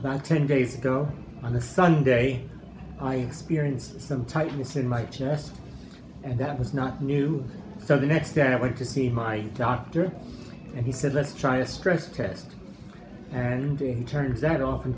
about ten days ago on the sunday i experienced some tightness in my chest and that was not new so the next day i went to see my doctor and he said let's try a stress test and he turns out often